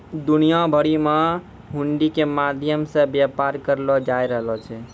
दुनिया भरि मे हुंडी के माध्यम से व्यापार करलो जाय रहलो छै